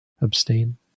abstain